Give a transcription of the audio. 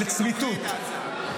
לצמיתות.